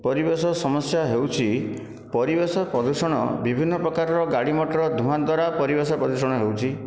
ପରିବେଶ ସମସ୍ୟା ହେଉଛି ପରିବେଶ ପ୍ରଦୂଷଣ ବିଭିନ୍ନ ପ୍ରକାରର ଗାଡ଼ିମଟର ଧୂଆଁ ଦ୍ୱାରା ପରିବେଶ ପ୍ରଦୂଷଣ ହେଉଛି